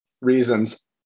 Reasons